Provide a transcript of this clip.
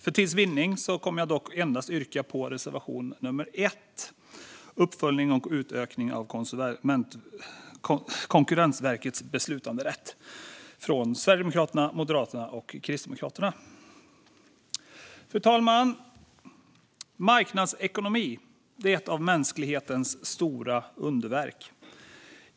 För tids vinnande yrkar jag dock endast bifall till reservation 1, Uppföljning och utökning av Konkurrensverkets beslutanderätt, från Sverigedemokraterna, Moderaterna och Kristdemokraterna. Fru talman! Marknadsekonomi är ett av mänsklighetens stora underverk.